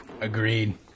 Agreed